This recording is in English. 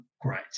great